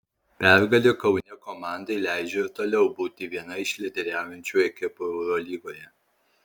pergalė kaune komandai leidžia ir toliau būti viena iš lyderiaujančių ekipų eurolygoje